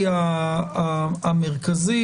המרכזי.